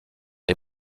des